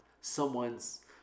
someone's